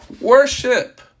worship